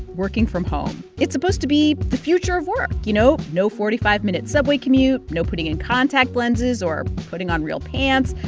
working from home. it's supposed to be the future of work you know, no forty five minute subway commute, no putting in contact lenses or putting on real pants.